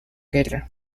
guerra